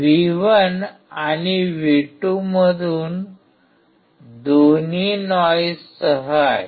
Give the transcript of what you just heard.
V 1 आणि V 2 दोन्ही नॉइजसह आहेत